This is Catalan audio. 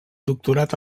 doctorat